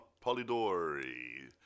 Polidori